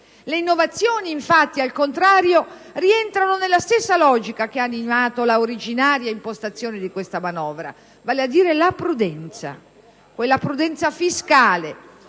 Le innovazioni, al contrario, rientrano nella stessa logica che ha animato l'originaria impostazione di questa manovra: la prudenza, quella prudenza fiscale